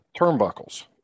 turnbuckles